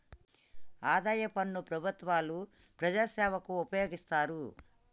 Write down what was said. ఆదాయ పన్ను ప్రభుత్వాలు ప్రజాసేవకు ఉపయోగిస్తారు